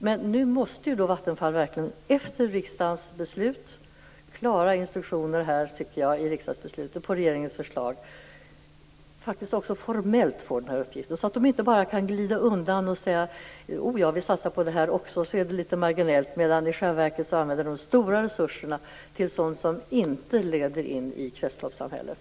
Men efter riksdagens beslut med dess, tycker jag, klara instruktioner och efter regeringens förslag måste Vattenfall också formellt få den här uppgiften så att man inte bara kan glida undan och säga att man självfallet också satsar på det här, medan det sker litet marginellt och de stora resurserna i själva verket används till sådant som inte leder oss in i kretsloppssamhället.